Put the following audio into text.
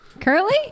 currently